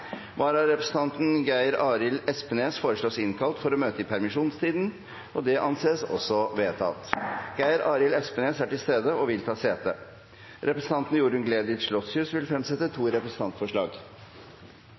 Vararepresentanten Geir Arild Espnes innkalles for å møte i permisjonstiden. Geir Arild Espnes er til stede og vil ta sete. Representanten Jorunn Gleditsch Lossius vil fremsette to